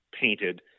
painted